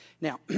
Now